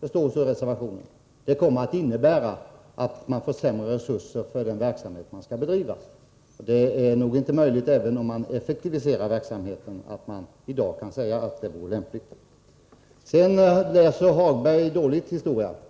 Det står så i reservationen. Det kommer att innebära att man får sämre resurser för den verksamhet som man skall bedriva. Även om man effektiviserar verksamheten, är det nog inte möjligt att i dag säga att det vore lämpligt. Lars-Ove Hagberg läser historien dåligt.